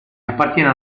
appartiene